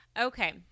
Okay